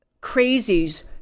crazies